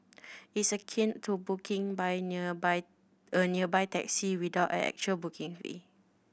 it's akin to booking by nearby a nearby taxi without a actual booking fee